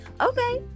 okay